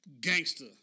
gangster